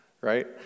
Right